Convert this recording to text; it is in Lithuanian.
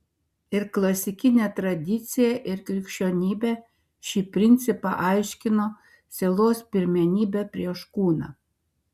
ir klasikinė tradicija ir krikščionybė šį principą aiškino sielos pirmenybe prieš kūną